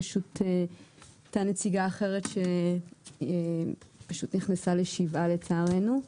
פשוט הייתה נציגה אחרת שנכנסה לשבעה לצערנו.